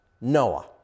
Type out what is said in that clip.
Noah